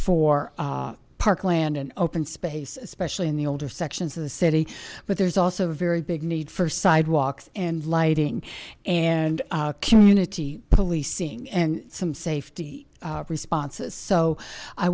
for parkland and open space especially in the older sections of the city but there's also a very big need for sidewalks and lighting and community policing and some safety responses so i